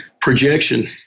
projection